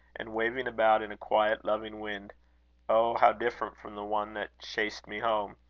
and waving about in a quiet loving wind oh, how different from the one that chased me home!